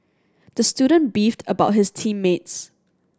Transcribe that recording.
the student beefed about his team mates